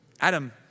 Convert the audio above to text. Adam